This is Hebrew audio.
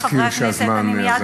אני רק מזכיר שהזמן אזל.